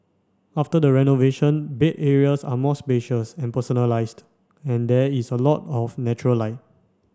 after the renovation bed areas are more spacious and personalised and there is a lot of natural light